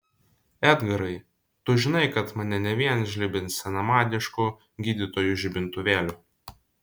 edgarai tu žinai kad mane ne vien žlibins senamadišku gydytojų žibintuvėliu